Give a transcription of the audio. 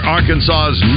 Arkansas's